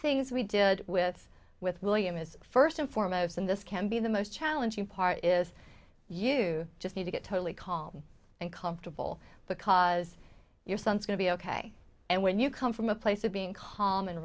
things we did with with william is first and foremost and this can be the most challenging part is you just need to get totally calm and comfortable because your son is going to be ok and when you come from a place of being calm and